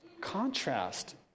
contrast